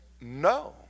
No